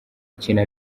ikintu